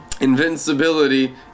Invincibility